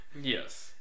yes